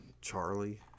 Charlie